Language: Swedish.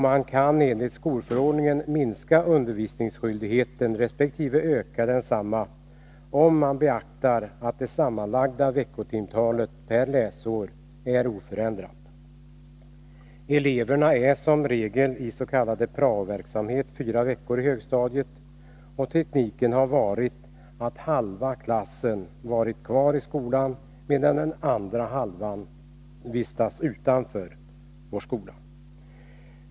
Man kan enligt skolförordningen minska resp. öka undervisningsskyldigheten, om bara det sammanlagda veckotimtalet per läsår är oförändrat. Eleverna på högstadiet är som regel ute på s.k. prao-verksamhet under fyra veckor. Det har lagts upp så att halva klassen varit kvar i skolan, medan den andra halvan ägnat sig åt denna prao-verksamhet.